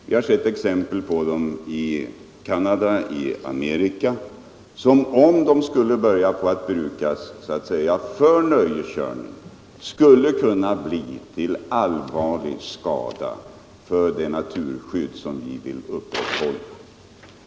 Vi har sett exempel på sådana fordon i Canada och i Amerika - som, om de skulle börja brukas för ”nöjeskörning”, skulle kunna bli till allvarlig skada för det naturskydd som vi vill upprätthålla.